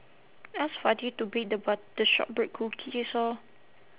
ask fati to bring the butter shortbread cookies orh